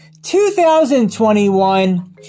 2021